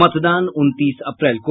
मतदान उनतीस अप्रैल को